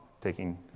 taking